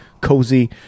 cozy